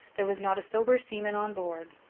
there was not a sober seaman on board.